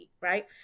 right